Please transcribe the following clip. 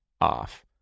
off